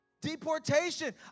Deportation